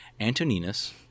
Antoninus